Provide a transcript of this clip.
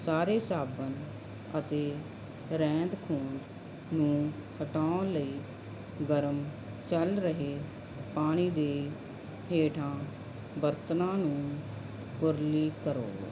ਸਾਰੇ ਸਾਬਣ ਅਤੇ ਰਹਿੰਦ ਖੂੰਹਦ ਨੂੰ ਹਟਾਉਣ ਲਈ ਗਰਮ ਚੱਲ ਰਹੇ ਪਾਣੀ ਦੇ ਹੇਠਾਂ ਬਰਤਨਾਂ ਨੂੰ ਕੁਰਲੀ ਕਰੋ